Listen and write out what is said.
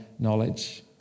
knowledge